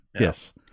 Yes